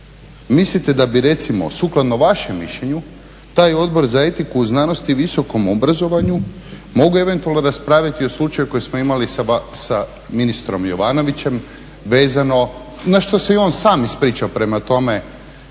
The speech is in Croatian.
mislite da bi recimo sukladno vašem mišljenju taj Odbor za etiku, znanost i visokom obrazovanju mogu eventualno raspraviti o slučaju koji smo imali sa ministrom Jovanovićem vezano na što se i on sam ispričao. Prema tome,